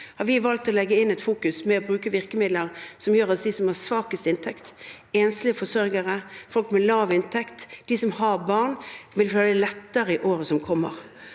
vi valgt å legge inn et fokus ved å bruke virkemidler som gjør at de som har svakest inntekt, enslige forsørgere, folk med lav inntekt, de som har barn, vil få det lettere i året som kommer.